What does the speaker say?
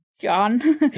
John